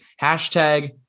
hashtag